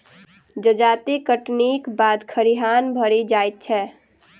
जजाति कटनीक बाद खरिहान भरि जाइत छै